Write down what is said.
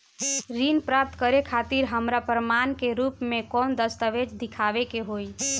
ऋण प्राप्त करे खातिर हमरा प्रमाण के रूप में कौन दस्तावेज़ दिखावे के होई?